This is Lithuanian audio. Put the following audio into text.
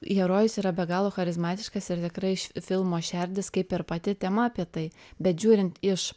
herojus yra be galo charizmatiškas ir tikrai š filmo šerdis kaip ir pati tema apie tai bet žiūrint iš